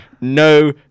No